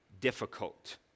difficult